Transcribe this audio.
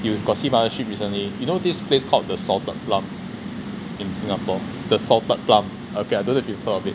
you got see mothership recently you know this place called the salted plum in singapore the salted plum okay I dont know if you heard of it